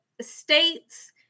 states